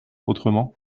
autrement